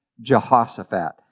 Jehoshaphat